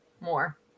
more